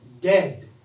Dead